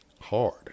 hard